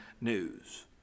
news